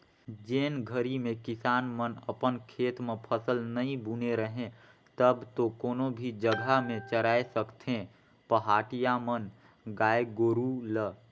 जेन घरी में किसान मन अपन खेत म फसल नइ बुने रहें तब तो कोनो भी जघा में चराय सकथें पहाटिया मन ह गाय गोरु ल